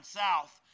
south